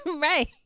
Right